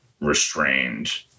restrained